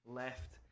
left